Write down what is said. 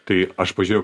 tai aš pažiūrėjau